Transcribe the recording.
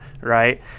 right